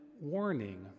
warning